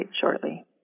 shortly